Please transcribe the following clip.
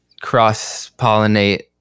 cross-pollinate